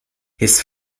his